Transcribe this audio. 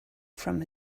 from